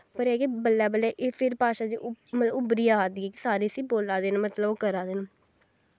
पर एह् ऐ कि बल्लैं बल्लैं एह् फिर भाशा च मतलव की उब्भरी जा दी सारे इसी बोला दे न करा दे न